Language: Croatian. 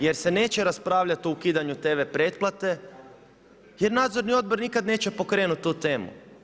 Jer se neće raspravljati o ukidanju TV pretplate, jer nadzorni odbor nikad neće pokrenuti tu temu.